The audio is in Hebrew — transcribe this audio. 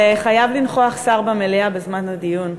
אבל חייב לנכוח שר במליאה בזמן הדיון.